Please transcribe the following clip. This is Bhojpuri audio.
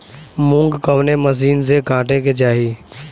मूंग कवने मसीन से कांटेके चाही?